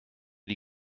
die